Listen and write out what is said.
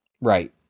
Right